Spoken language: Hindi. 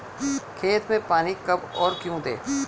खेत में पानी कब और क्यों दें?